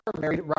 married